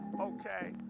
okay